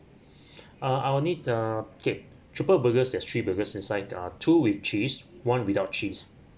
ah I will need the okay trooper burgers there's three burgers inside uh two with cheese one without cheese